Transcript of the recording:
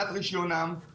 עבירות קלות,